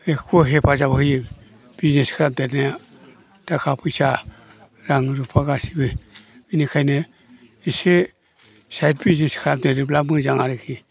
बेफोरखौबो हेफाजाब होयो बिजनेस खालामदेरनायाव थाखा फैसा रां रुफा गासिबो बिनिखायनो एसे साइड बिजनेस खालामदेरोब्ला मोजां आरोखि